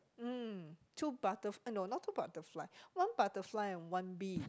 mm two butter~ uh no not two butterfly one butterfly and one bee